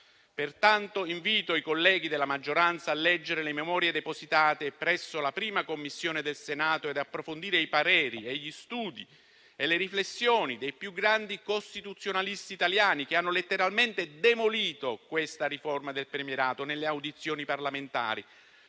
Pertanto invito i colleghi della maggioranza a leggere le memorie depositate presso la 1a Commissione del Senato e ad approfondire i pareri, gli studi e le riflessioni dei più grandi costituzionalisti italiani, che hanno letteralmente demolito questa riforma del premierato nelle audizioni parlamentari.